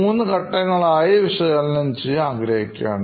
മൂന്ന് ഘട്ടങ്ങളായി വിശകലനംചെയ്യാൻ ആഗ്രഹിക്കുകയാണ്